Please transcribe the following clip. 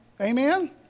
Amen